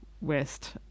west